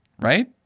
right